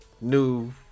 new